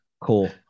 cool